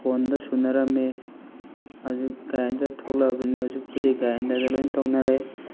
ꯈꯣꯟꯗ ꯁꯨꯅꯔꯝꯃꯦ ꯍꯧꯖꯤꯛ ꯒ꯭ꯔꯥꯏꯟꯗꯔ ꯊꯣꯂꯛꯑꯕꯅꯤꯅ ꯍꯧꯖꯤꯛꯄꯨꯗꯤ ꯒ꯭ꯔꯥꯏꯟꯗꯔꯗ ꯂꯣꯏꯅ ꯇꯧꯅꯔꯦ